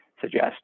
suggest